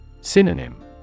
Synonym